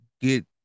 get